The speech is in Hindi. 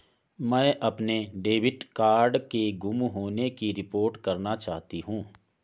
मैं अपने डेबिट कार्ड के गुम होने की रिपोर्ट करना चाहती हूँ